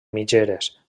mitgeres